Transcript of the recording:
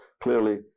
clearly